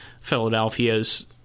Philadelphia's –